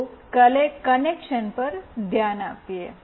ચાલો કનેક્શન પર ધ્યાન આપીએ